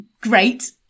great